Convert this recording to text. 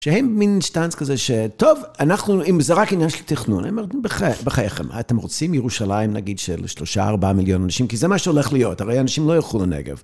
שהם מין שטאנץ כזה שטוב, אנחנו, אם זה רק עניין של תכנון, הם עוד בחייכם, אתם רוצים ירושלים, נגיד, של 3-4 מיליון אנשים, כי זה מה שהולך להיות, הרי אנשים לא ילכו לנגב